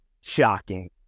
Shocking